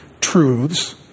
truths